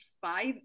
five